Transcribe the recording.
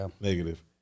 Negative